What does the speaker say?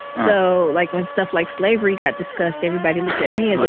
so like, when stuff like slavery got discussed, everybody looked at me ah but